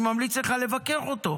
אני ממליץ לך לבקר אותו,